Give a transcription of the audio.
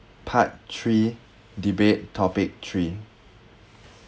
part three debate topic three